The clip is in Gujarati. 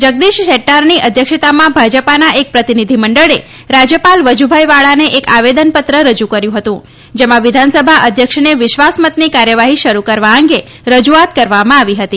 જગદીશ શેદ્દારની અધ્યક્ષતામાં ભાજપાના એક પ્રતિનિધી મંડળે રાજ્યપાલ વજુભાઇ વાળાને એક આવેદન પત્ર રજુ કર્યું હતું જેમાં વિધાનસભા અધ્યક્ષને વિશ્વાસ મતની કાર્યવાહી શરુ કરવા અંગે રજુઆત કરવામાં આવી હતી